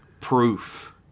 Proof